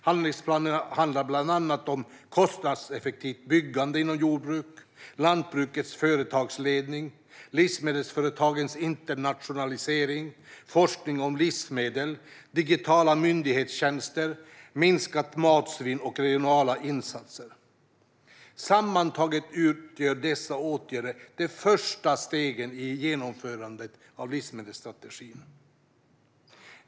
Handlingsplanen handlar bland annat om kostnadseffektivt byggande inom jordbruket, lantbrukets företagsledning, livsmedelsföretagens internationalisering, forskning om livsmedel, digitala myndighetstjänster, minskat matsvinn och regionala insatser. Sammantaget utgör dessa åtgärder det första steget i genomförandet av livsmedelsstrategin.